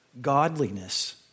Godliness